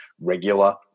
regular